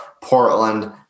Portland